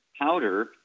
powder